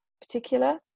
particular